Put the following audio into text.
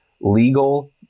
legal